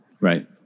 Right